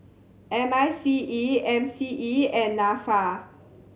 M I C E M C E and Nafa